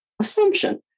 assumption